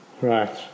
Right